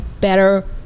better